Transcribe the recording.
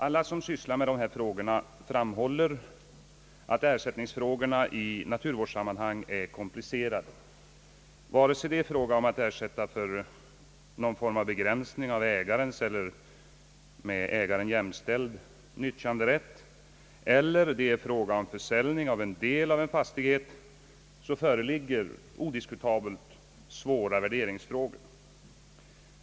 Alla som arbetar med dessa frågor framhåller att ersättningsspörsmålen i naturvårdssammanhang är komplicerade. Oavsett om det gäller att lämna ersättning för någon form av begränsning av ägarens — eller med ägaren jämställds — nyttjanderätt eller om det gäller försäljning av en del av en fastighet föreligger odiskutabelt svåra värderingsfrågor.